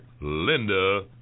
Linda